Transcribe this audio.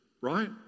right